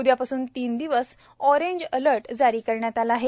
उद्यापासून तीन दिवस ओरेंज अलर्ट जारी करण्यात आला आहे